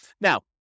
Now